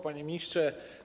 Panie Ministrze!